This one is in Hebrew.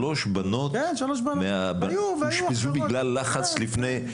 שלוש בנות אושפזו בגלל לחץ לפני?